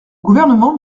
gouvernement